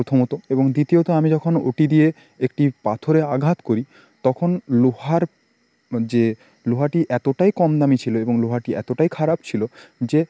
প্রথমত এবং দ্বিতীয়ত আমি যখন ওটি দিয়ে একটি পাথরে আঘাত করি তখন লোহার যে লোহাটি এতটাই কম দামি ছিল এবং লোহাটি এতটাই খারাপ ছিল যে